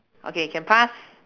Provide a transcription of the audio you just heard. okay can pass